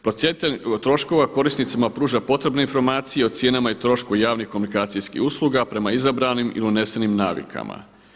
Procjenitelj troškova korisnicima pruža potrebne informacije o cijenama i trošku javnih komunikacijskih usluga prema izabranim i unesenim navikama.